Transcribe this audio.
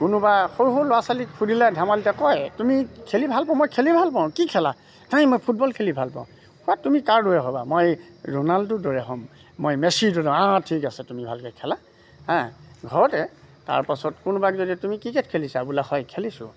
কোনোবা সৰু সৰু ল'ৰা ছোৱালী সুধিলে ধেমালিতে কয় তুমি খেলি ভাল পাওঁ মই খেলি ভাল পাওঁ কি খেলা নাই মই ফুটবল খেলি ভাল পাওঁ কোৱা তুমি কাৰ দৰে হ'বা মই ৰোণাল্ডো দৰে হ'ম মই মেচিৰ দৰে হ'ম অঁ ঠিক আছে তুমি ভালকে খেলা ঘৰতে তাৰপাছত কোনোবাক যদি তুমি ক্ৰিকেট খেলিছা বোলে হয় খেলিছোঁ